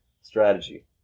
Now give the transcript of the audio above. strategy